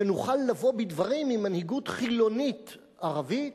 שנוכל לבוא בדברים עם מנהיגות חילונית ערבית